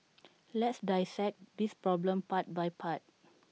let's dissect this problem part by part